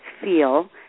feel